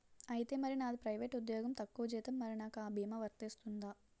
ఐతే మరి నాది ప్రైవేట్ ఉద్యోగం తక్కువ జీతం మరి నాకు అ భీమా వర్తిస్తుందా?